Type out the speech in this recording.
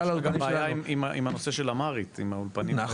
יש בעיה עם הנושא של אמהרית עם האולפנים.